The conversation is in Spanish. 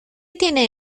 tiene